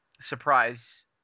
surprise